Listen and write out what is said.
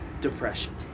depression